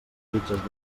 fitxes